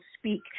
speak